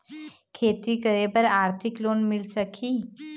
खेती करे बर आरथिक लोन मिल सकही?